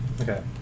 Okay